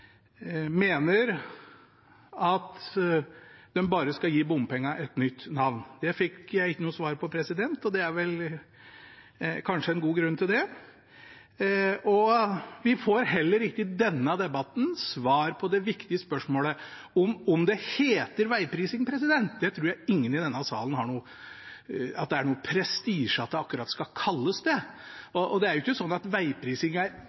mener han da også at Høyre, Venstre og Kristelig Folkeparti bare skal gi bompengene et nytt navn? Det fikk jeg ikke noe svar på, og det er vel kanskje en god grunn til det. Vi får heller ikke i denne debatten svar på det viktige spørsmålet: om det heter «vegprising». Jeg tror ingen i denne salen har noen prestisje i at det skal kalles akkurat det. Det er jo ikke sånn at vegprising er